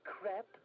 crap